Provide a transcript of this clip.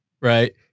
right